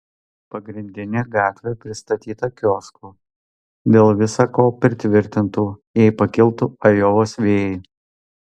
pagrindinė gatvė pristatyta kioskų dėl visa ko pritvirtintų jei pakiltų ajovos vėjai